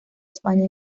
españa